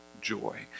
joy